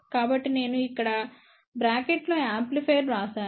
కాబట్టి నేను ఇక్కడ బ్రాకెట్ లో యాంప్లిఫైయర్ వ్రాశాను